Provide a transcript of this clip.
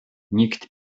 nikt